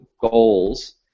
goals